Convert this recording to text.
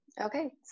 Okay